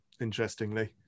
interestingly